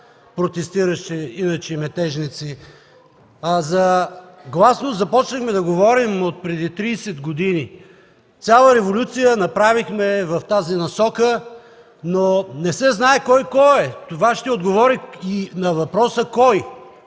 „протестиращи”, иначе метежници. За гласност започнахме да говорим от преди 30 години. Цяла революция направихме в тази посока. Не се знае обаче кой кой е. Това ще отговори и на въпроса „Кой?”